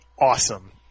awesome